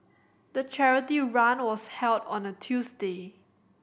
the charity run was held on a Tuesday